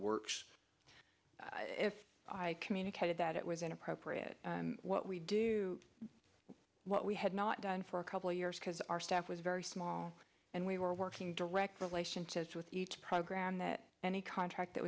works if i communicated that it was inappropriate what we do what we had not done for a couple of years because our staff was very small and we were working direct relationships with each program that any contract that